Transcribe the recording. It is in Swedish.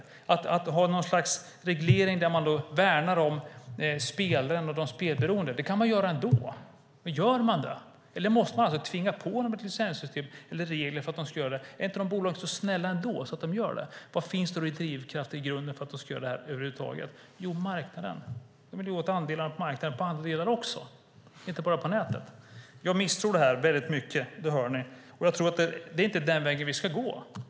Man kan ändå ha något slags reglering där man värnar spelregler och spelberoende. Men gör bolagen det, eller måste man tvinga på dem ett licenssystem eller regler för att de ska göra det? Är inte bolagen så snälla att de ändå gör det? Vad finns det för drivkrafter i grunden för att de ska göra det här över huvud taget? Jo, det är marknaden. De vill åt andelar på marknaden på andra delar också. Det handlar inte bara om nätet. Jag misstror detta väldigt mycket; det hör ni. Det är inte denna väg vi ska gå.